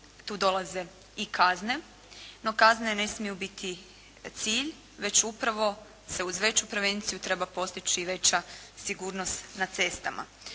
tu dolaze i kazne, no kazne ne smiju biti cilj, već upravo se uz veću prevenciju treba postići veća sigurnost na cestama.